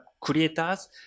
creators